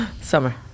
Summer